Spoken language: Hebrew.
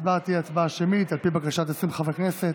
ההצבעה תהיה הצבעה שמית על פי בקשת 20 חברי כנסת.